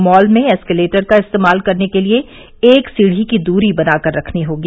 mall में escalator का इस्तेमाल करने के लिए एक सीढ़ी की दूरी बनाकर रखनी होगी